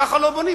ככה לא בונים.